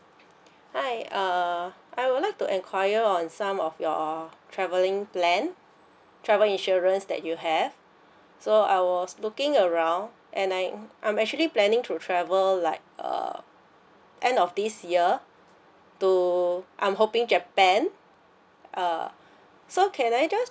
hi err I would like to acquire on some of your travelling plan travel insurance that you have so I was looking around and I I'm actually planning to travel like uh end of this year to I'm hoping japan uh so can I just